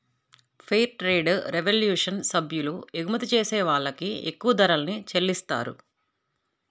fair trade revolution సభ్యులు ఎగుమతి చేసే వాళ్ళకి ఎక్కువ ధరల్ని చెల్లిత్తారు